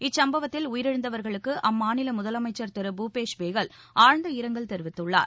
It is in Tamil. இச்சம்பவத்தில் உயிரிழந்தவர்களுக்கு அம்மாநில முதலமைச்சர் திரு பூபேஷ் பேகல் அழற்த இரங்கல் தெரிவித்துள்ளார்